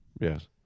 Yes